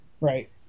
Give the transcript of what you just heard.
Right